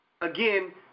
again